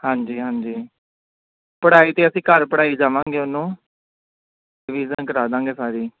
ਹਾਂਜੀ ਹਾਂਜੀ ਪੜ੍ਹਾਈ ਤਾਂ ਅਸੀਂ ਘਰ ਪੜ੍ਹਾਈ ਜਾਵਾਂਗੇ ਉਹਨੂੰ ਰਵੀਜਨ ਕਰਾ ਦਾਂਗੇ ਸਾਰੀ